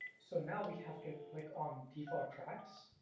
so now we have to click on default tracks.